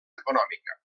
econòmica